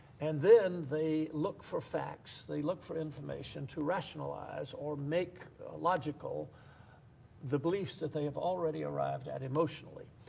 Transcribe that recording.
and then they look for facts, they look for information to rationalize or make logical the beliefs that they have already arrived at emotionally.